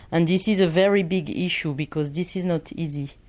and this is a very big issue because this is not easy.